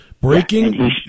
Breaking